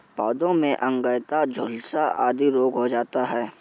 पौधों में अंगैयता, झुलसा आदि रोग हो जाता है